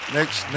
Next